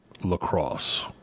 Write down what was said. lacrosse